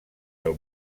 del